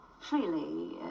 freely